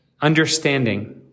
understanding